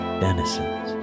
denizens